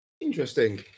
Interesting